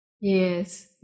Yes